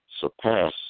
surpass